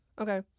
okay